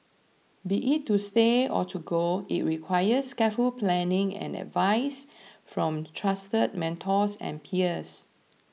be it to stay or to go it requires careful planning and advice from trusted mentors and peers